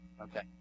Okay